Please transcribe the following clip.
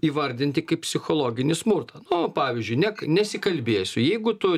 įvardinti kaip psichologinį smurtą nu pavyzdžiui nek nesikalbėsiu jeigu tu